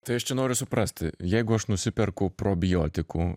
tai aš čia noriu suprasti jeigu aš nusiperku probiotikų